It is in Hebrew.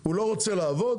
הוא לא רוצה לעבוד?